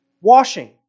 Washing